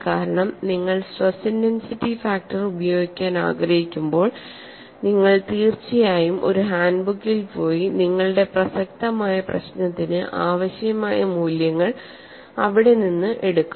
കാരണം നിങ്ങൾ stress intensity factor ഉപയോഗിക്കാൻ ആഗ്രഹിക്കുമ്പോൾ നിങ്ങൾ തീർച്ചയായും ഒരു ഹാൻഡ്ബുക്കിൽ പോയി നിങ്ങളുടെ പ്രസക്തമായ പ്രശ്നത്തിന് ആവശ്യമായ മൂല്യങ്ങൾ അവിടെ നിന്ന് എടുക്കും